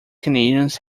canadians